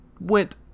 went